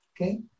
Okay